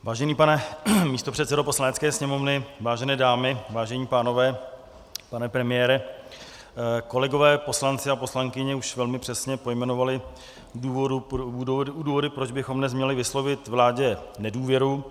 Vážený pane místopředsedo Poslanecké sněmovny, vážené dámy, vážení pánové, pane premiére, kolegové poslanci a poslankyně už velmi přesně pojmenovali důvody, proč bychom dnes měli vyslovit vládě nedůvěru.